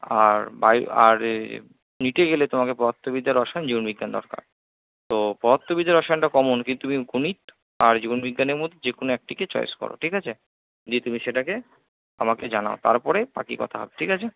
আর বাই আর এ নিটে গেলে তোমাকে পদার্থবিদ্যা রসায়ন জীবনবিজ্ঞান দরকার তো পদার্থবিদ্যা রসায়নটা কমন কিন্তু তুমি গণিত আর জীবনবিজ্ঞানর মধ্যে যেকোনো একটাকে চয়েস করো ঠিক আছে দিয়ে তুমি সেটাকে আমাকে জানাও তারপরে বাকি কথা হবে ঠিক আছে